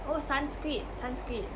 oh sanskrit sanskrit